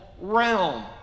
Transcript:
realm